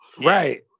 Right